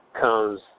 comes